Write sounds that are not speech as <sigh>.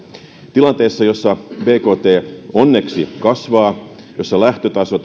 tilanteessa jossa bkt onneksi kasvaa jossa lähtötaso <unintelligible>